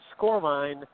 scoreline